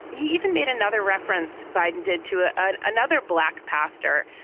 he even made another reference. biden did, too. ah ah another black pastor.